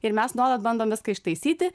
ir mes nuolat bandom viską ištaisyti